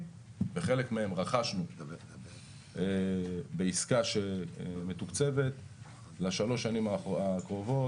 וחלק מהם רכשנו בעסקה שמתוקצבת לשלוש שנים הקרובות,